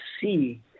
see